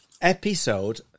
episode